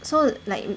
so like